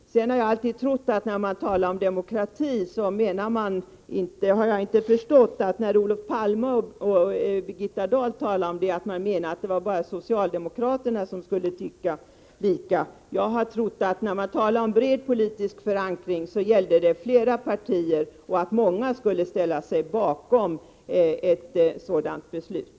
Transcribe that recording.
När Olof Palme och Birgitta Dahl talar om demokrati har jag inte förstått att de med detta menar att det bara är socialdemokraterna som skall tycka lika. Jag har trott att när man talar om bred politisk förankring gällde det flera partier och att många skulle ställa sig bakom ett sådant beslut.